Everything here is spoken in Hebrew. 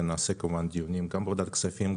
ונעשה כמובן דיונים גם בוועדת כספים,